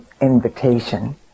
invitation